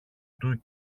του